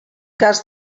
cas